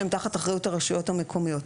שהם תחת האחריות של הרשויות המקומיות.